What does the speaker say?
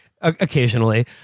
occasionally